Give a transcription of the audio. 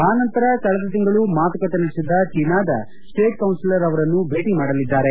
ಅನಂತರ ಕಳೆದ ತಿಂಗಳು ಮಾತುಕತೆ ನಡೆಸಿದ್ದ ಚೀನಾದ ಸ್ಸೇಟ್ ಕೌನ್ಸಿಲರ್ ಅವರನ್ನು ಭೇಟ ಮಾಡಲಿದ್ದಾರೆ